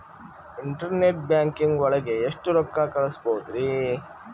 Internet banking ಒಳಗೆ ಎಷ್ಟ್ ರೊಕ್ಕ ಕಲ್ಸ್ಬೋದ್ ರಿ?